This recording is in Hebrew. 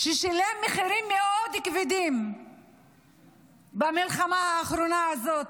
ששילם מחירים מאוד כבדים במלחמה האחרונה הזאת,